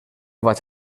vaig